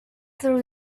through